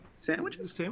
sandwiches